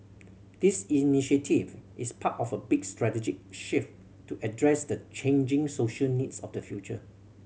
this initiative is part of a big strategic shift to address the changing social needs of the future